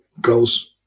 goals